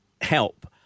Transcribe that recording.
help